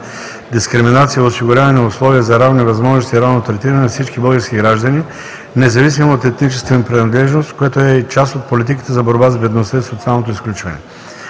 дискриминация и осигуряване на условия за равни възможности и равно третиране на всички български граждани, независимо от етническата им принадлежност, което е и част от политиката за борба с бедността и социалното изключване.